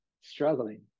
struggling